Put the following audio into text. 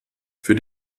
für